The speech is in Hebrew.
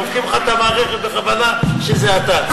דופקים לך את המערכת בכוונה, כשזה אתה.